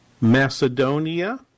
Macedonia